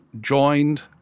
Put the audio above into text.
joined